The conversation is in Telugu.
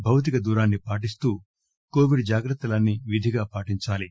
భౌతిక దూరాన్సి పాటిస్తూ కోవిడ్ జాగ్రత్తలన్స్ విధిగా పాటించాలి